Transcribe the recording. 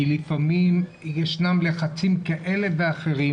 כי לפעמים ישנם לחצים כאלה ואחרים